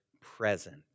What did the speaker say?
present